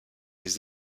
les